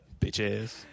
Bitches